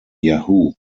yahoo